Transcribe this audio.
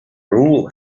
rule